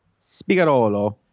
Spigarolo